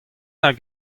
hag